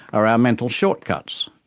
are our mental shortcuts.